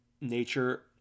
nature